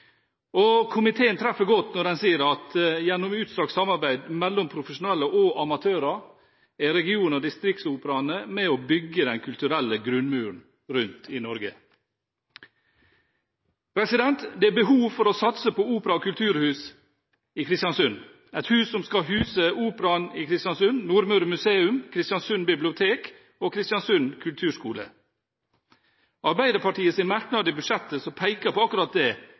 Ballett. Komiteen treffer godt når den sier at gjennom et utstrakt samarbeid mellom profesjonelle og amatører er region- og distriktsoperaene med på å bygge den kulturelle grunnmuren rundt i Norge. Det er behov for å satse på opera- og kulturhus i Kristiansund, et hus som skal huse Operaen i Kristiansund, Nordmøre Museum, Kristiansund bibliotek og Kristiansund kulturskole. Arbeiderpartiets merknad i budsjettet som peker på akkurat det,